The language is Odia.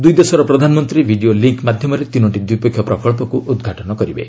ଦୁଇଦେଶର ପ୍ରଧାନମନ୍ତ୍ରୀ ଭିଡିଓ ଲିଙ୍କ୍ ମାଧ୍ୟମରେ ତିନୋଟି ଦ୍ୱିପକ୍ଷୀୟ ପ୍ରକଳ୍ପକୁ ଉଦ୍ଘାଟନ କରିବେ